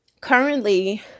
Currently